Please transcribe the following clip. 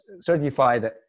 certified